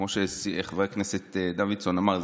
כמו שחבר הכנסת דוידסון אמר,